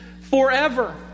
forever